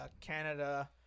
Canada